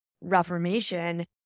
reformation